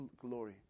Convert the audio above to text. glory